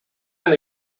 and